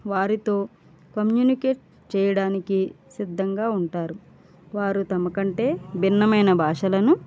వారితో కమ్యూనికేట్ చేయడానికి సిద్ధంగా ఉంటారు వారు తమ కంటే భిన్నమైన భాషలను